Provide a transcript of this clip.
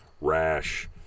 rash